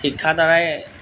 শিক্ষা দ্বাৰাই